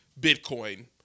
Bitcoin